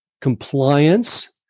compliance